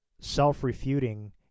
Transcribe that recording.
self-refuting